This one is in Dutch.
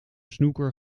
snooker